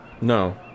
No